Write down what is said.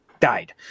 Died